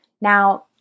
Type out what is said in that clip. Now